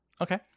Okay